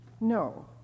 no